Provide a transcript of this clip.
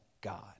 God